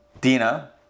Dina